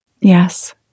Yes